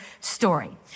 story